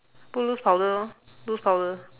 put loose powder lor loose powder